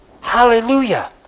Hallelujah